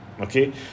Okay